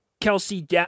Kelsey